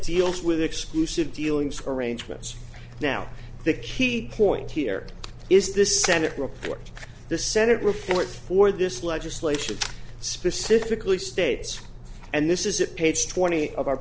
deals with exclusive dealings arrangements now the key point here is the senate report the senate report for this legislation specifically states and this is a page twenty of our